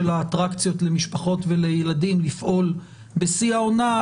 האטרקציות למשפחות ולילדים לפעול בשיא העונה ,